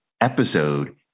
episode